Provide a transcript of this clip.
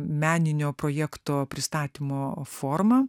meninio projekto pristatymo forma